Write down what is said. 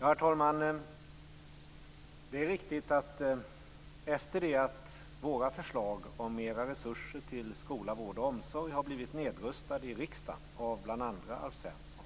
Herr talman! Det är riktigt att efter att våra förslag om mer resurser till skola, vård och omsorg blev nedröstade i riksdagen av bl.a. Alf Svensson